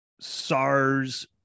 SARS